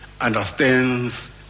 understands